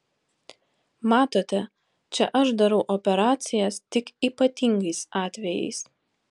matote čia aš darau operacijas tik ypatingais atvejais